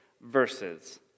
verses